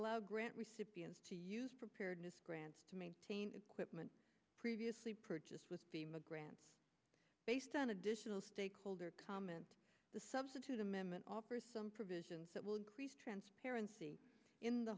w grant recipients to use preparedness grants to maintain quitman previously purchased with bhima grants based on additional stakeholder comment the substitute amendment offers some provisions that will increase transparency in the